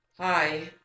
hi